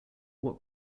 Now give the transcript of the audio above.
what